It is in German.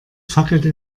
fackelte